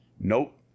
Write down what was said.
nope